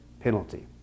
penalty